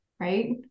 right